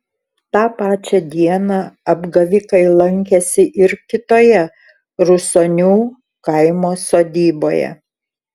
tą pačią dieną apgavikai lankėsi ir kitoje rusonių kaimo sodyboje